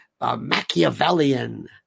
Machiavellian